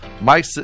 Mike